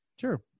Sure